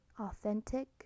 Authentic